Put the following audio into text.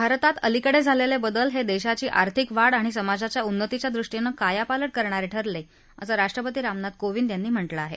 भारतात अलीकडे झालेले बदल हे देशाची आर्थिक वाढ आणि समाजाच्या उन्नतीच्या दृष्टीनं कायापालट करणारे ठरले असं राष्ट्रपती रामनाथ कोविंद यांनी म्हटलं आहे